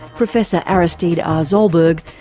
professor aristide r. zolberg,